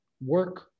work